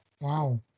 wow